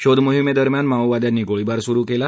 शोधमोहिमेदरम्यान माओवाद्यांनी गोळीवार सुरु केला